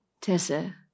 Tessa